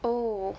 oh